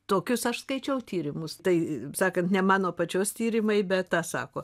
tokius aš skaičiau tyrimus tai sakant ne mano pačios tyrimai bet tą sako